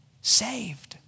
saved